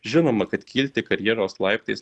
žinoma kad kilti karjeros laiptais